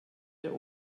der